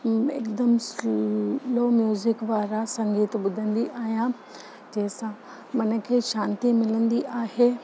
हिकदमु slow music वारा संगीत ॿुधंदी आहियां जंहिंसां मन खे शांती मिलंदी आहे